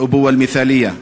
ידע ואבהות אידיאלית,